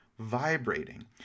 Vibrating